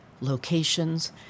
locations